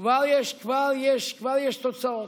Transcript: כבר יש תוצאות.